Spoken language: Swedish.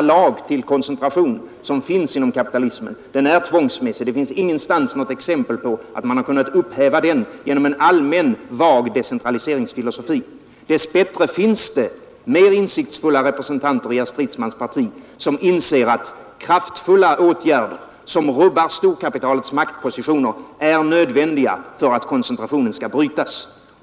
lag om koncentration, som finns inom kapitalismen, är tvångsmässig. Det finns ingenstans något exempel på att man kunnat upphäva den genom en allmän, vag decentraliseringsfilosofi. Dess bättre finns det mer insiktsfulla representanter i herr Stridsmans parti, som inser att kraftfulla åtgärder som rubbar storkapitalets maktpositioner är nödvändiga för att koncentrationen skall brytas.